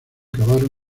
acabaron